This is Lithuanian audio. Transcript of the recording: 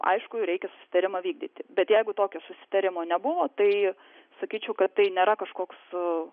aišku reikia susitarimą vykdyti bet jeigu tokio susitarimo nebuvo tai sakyčiau kad tai nėra kažkoks e